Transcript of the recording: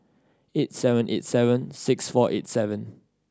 eight seven eight seven six four eight seven